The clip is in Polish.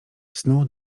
snuł